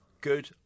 good